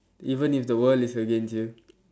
even if the world is against you